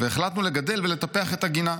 והחלטנו לגדל ולטפח את הגינה.